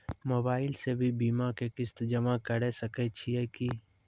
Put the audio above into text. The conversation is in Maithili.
मोबाइल से भी बीमा के किस्त जमा करै सकैय छियै कि?